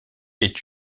est